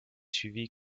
suivie